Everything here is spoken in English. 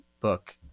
book